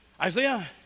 Isaiah